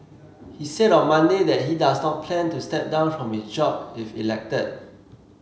he said on Monday that he does not plan to step down from his job if elected